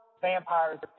vampires